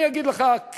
אני אגיד לך,